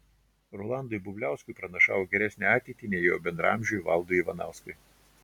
rolandui bubliauskui pranašavo geresnę ateitį nei jo bendraamžiui valdui ivanauskui